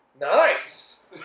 Nice